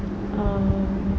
um